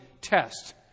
test